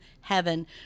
heaven